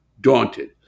daunted